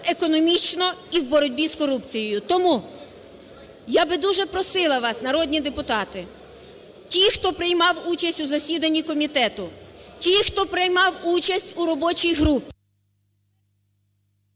економічно і в боротьбі з корупцією. Тому я би дуже просила вас, народні депутати, ті, хто приймав участь у засіданні комітету, ті, хто приймав участь у робочій групі…